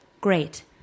great